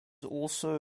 also